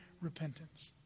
repentance